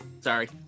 Sorry